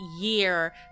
year